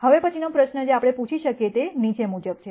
હવે હવે પછીનો પ્રશ્ન કે જે આપણે પૂછી શકીએ તે નીચે મુજબ છે